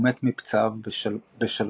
ומת מפצעיו בשלווה.